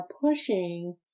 pushing